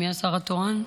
מי השר התורן?